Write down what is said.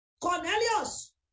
Cornelius